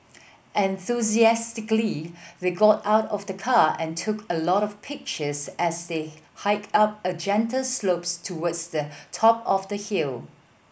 enthusiastically they got out of the car and took a lot of pictures as they hiked up a gentle slopes towards the top of the hill